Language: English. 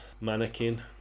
mannequin